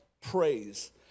praise